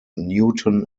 newton